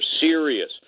serious